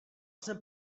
jsem